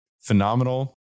phenomenal